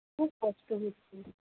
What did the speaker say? খুব কষ্ট হচ্ছে